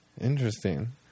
Interesting